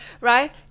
right